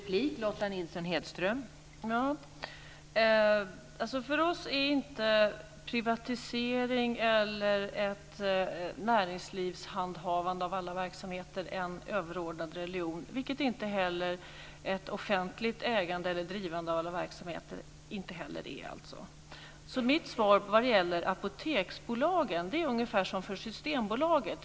Fru talman! För oss är inte privatisering eller ett näringslivshandhavande av alla verksamheter en överordnad religion, vilket inte heller ett offentligt ägande eller drivande av alla verksamheter är. Mitt svar vad gäller Apoteksbolaget är ungefär detsamma som gäller för Systembolaget.